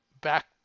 back